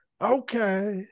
okay